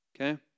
Okay